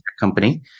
company